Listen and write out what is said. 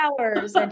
hours